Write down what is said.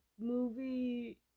movie